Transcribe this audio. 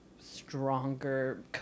stronger